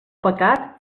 pecat